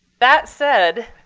that said,